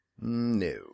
No